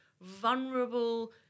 vulnerable